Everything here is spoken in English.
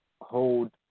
hold